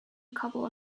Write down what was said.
couple